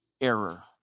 error